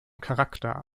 charakter